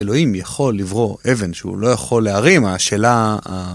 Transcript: אלוהים יכול לברור אבן שהוא לא יכול להרים, השאלה ה...